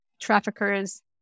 traffickers